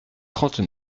trente